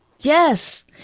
yes